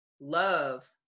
love